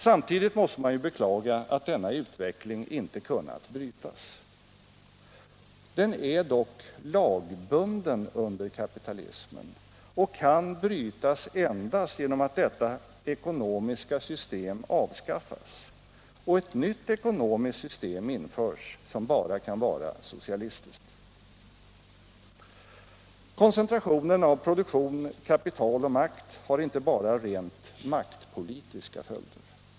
Samtidigt måste man ju beklaga att denna utveckling inte kunnat brytas. Den är dock lagbunden under kapitalismen och kan brytas endast genom att detta ekonomiska system avskaffas och ett nytt ekonomiskt system införs, som bara kan vara socialistiskt. Koncentrationen av produktion, kapital och makt har inte bara rent maktpolitiska följder.